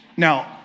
Now